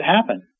happen